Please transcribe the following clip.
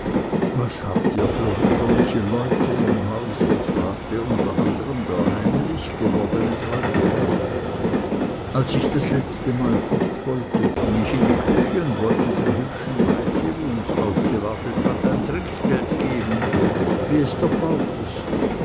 was habt ihr für wunderliche leute im hause fragte unter anderem der heimelig gewordene bräutigam als ich das letztemal fortwollte ging ich in die küche und wollte dem hübschen meitli wo uns aufgewartet hat ein trinkgeld geben wie es der brauch ist